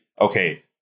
okay